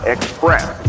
Express